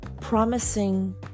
Promising